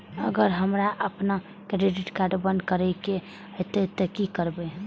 अगर हमरा आपन क्रेडिट कार्ड बंद करै के हेतै त की करबै?